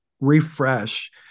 refresh